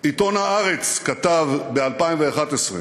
עיתון "הארץ" כתב ב-2011: